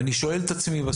אני שואל את עצמי,